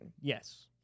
yes